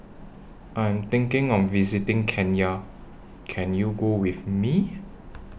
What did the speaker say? I Am thinking of visiting Kenya Can YOU Go with Me